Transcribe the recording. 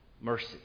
mercy